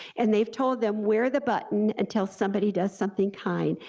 and they've told them wear the button until somebody does something kind,